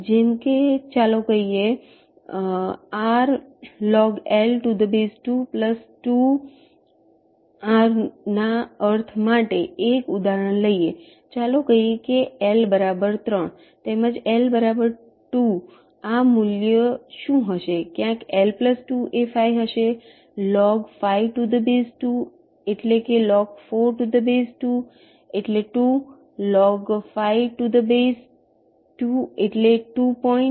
જેમ કે ચાલો કહીએ ⌈ log2 L2 ⌉ ના અર્થ માટે એક ઉદાહરણ લઈએ ચાલો કહીએ કે L બરાબર 3 તેમજ L2આ મૂલ્ય શું હશે ક્યાંક L2 એ 5 હશેlog2 5 એટલેlog2 4 એટલે 2 log2 5 એટલે 2પોઈન્ટ